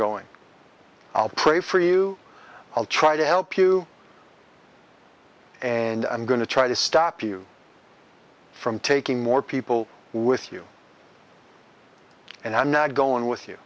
going pray for you i'll try to help you and i'm going to try to stop you from taking more people with you and i'm not going with you